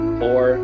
four